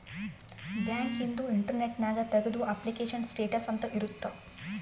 bank ಇಂದು internet ನ್ಯಾಗ ತೆಗ್ದು ಅಪ್ಲಿಕೇಶನ್ ಸ್ಟೇಟಸ್ ಅಂತ ಇರುತ್ತ